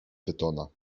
pytona